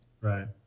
right